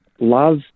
Love